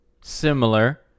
similar